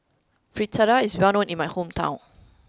Fritada is well known in my hometown